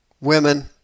women